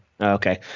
okay